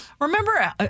remember